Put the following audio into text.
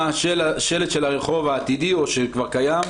של שלט הרחוק העתידי או שכבר קיים.